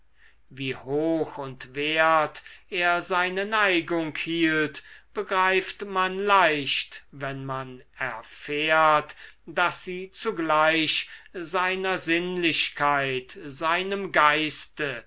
wie hoch und wert er seine neigung hielt begreift man leicht wenn man erfährt daß sie zugleich seiner sinnlichkeit seinem geiste